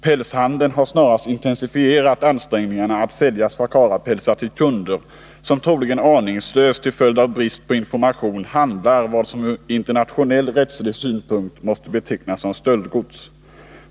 Pälshandeln har snarast intensifierat ansträngningarna att sälja swakarapälsar till kunder som troligen aningslöst, till följd av brist på information, handlar med vad som från internationell rättslig synpunkt måste betecknas som stöldgods.